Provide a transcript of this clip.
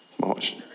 March